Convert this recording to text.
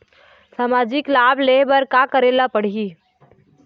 सामाजिक लाभ ले बर का करे ला पड़ही?